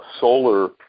solar